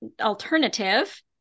alternative